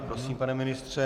Prosím, pane ministře.